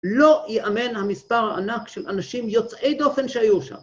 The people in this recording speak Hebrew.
לא ייאמן המספר הענק של אנשים יוצאי דופן שהיו שם.